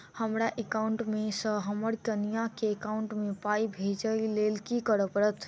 हमरा एकाउंट मे सऽ हम्मर कनिया केँ एकाउंट मै पाई भेजइ लेल की करऽ पड़त?